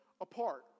apart